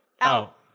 out